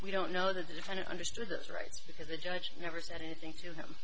we don't know the defendant understood those rights because the judge never said anything to him